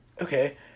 okay